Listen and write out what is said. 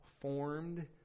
formed